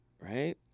right